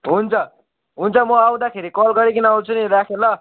हुन्छ हुन्छ म आउँदाखेरि कल गरिकन आउँछु नि राखेँ ल